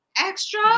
extra